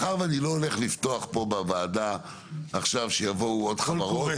מאחר ואני לא הולך לפתוח פה בוועדה עכשיו שיבואו עוד חברות.